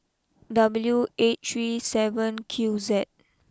W eight three seven Q Z